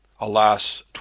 Alas